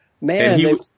Man